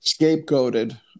scapegoated